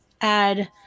add